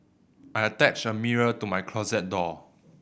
I attached a mirror to my closet door